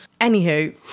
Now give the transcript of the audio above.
Anywho